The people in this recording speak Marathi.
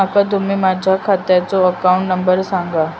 माका तुम्ही माझ्या खात्याचो अकाउंट नंबर सांगा?